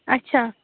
اچھا